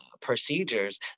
procedures